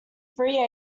free